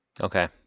Okay